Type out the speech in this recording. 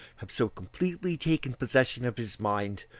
have so completely taken possession of his mind,